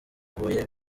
huye